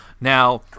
Now